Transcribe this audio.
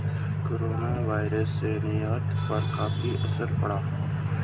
coronavirus से निर्यात पर काफी असर पड़ा